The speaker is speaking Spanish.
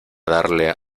darle